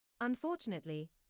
Unfortunately